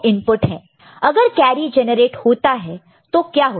अगर carry generate होता है तो क्या होता है